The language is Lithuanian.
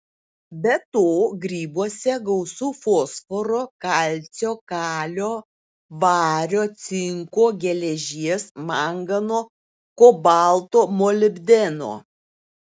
be to grybuose gausu fosforo kalcio kalio vario cinko geležies mangano kobalto molibdeno